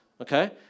Okay